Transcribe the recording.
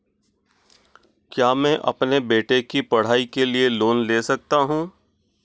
क्या मैं अपने बेटे की पढ़ाई के लिए लोंन ले सकता हूं?